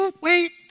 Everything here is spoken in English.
Wait